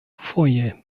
dufoje